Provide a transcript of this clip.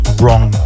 wrong